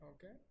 Okay